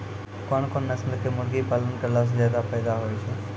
कोन कोन नस्ल के मुर्गी पालन करला से ज्यादा फायदा होय छै?